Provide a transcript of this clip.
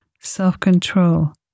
self-control